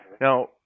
Now